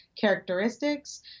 characteristics